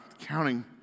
counting